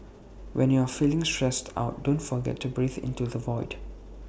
when you are feeling stressed out don't forget to breathe into the void